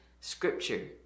scripture